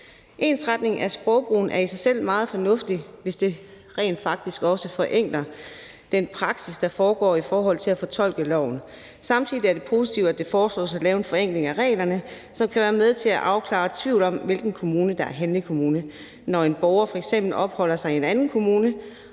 Ensretning af sprogbrugen er i sig selv meget fornuftigt, hvis det rent faktisk også forenkler den praksis, der foregår i forhold til at fortolke loven. Samtidig er det positivt, at det foreslås at lave en forenkling af reglerne, som kan være med til at afklare tvivl om, hvilken kommune der er handlekommune, når en borger f.eks. opholder sig i en anden kommune